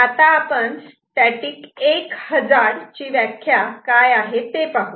आता आपण static 1 hazard ची व्याख्या काय आहे ते पाहू